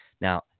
Now